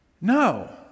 No